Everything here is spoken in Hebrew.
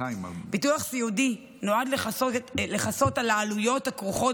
ביטוח סיעודי נועד לכסות את העלויות הכרוכות